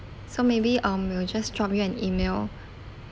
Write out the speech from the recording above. so maybe um we'll just drop you an email